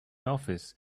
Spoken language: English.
office